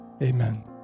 Amen